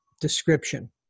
description